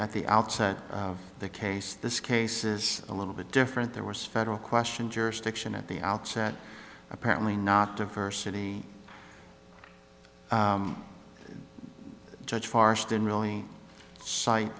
at the outset of the case this case is a little bit different there was federal question jurisdiction at the outset apparently not to her city judge farce didn't really cite